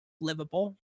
livable